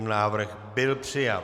Návrh byl přijat.